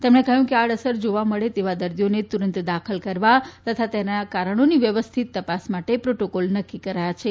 તેમણે કહ્યું કે આડઅસર જોવા મળે તેવા દર્દીઓને તુરંત દાખલ કરવા તથા તેના કારણોની વ્યવસ્થિત તપાસ માટે પ્રોટોકોલ નક્કી કરાયા છે